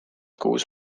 kuus